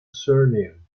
surname